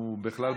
יאללה.